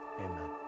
amen